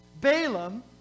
Balaam